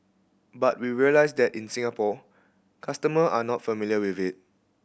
but we realise that in Singapore customer are not familiar with it